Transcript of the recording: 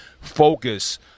focus